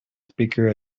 speaker